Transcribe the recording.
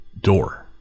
door